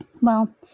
Well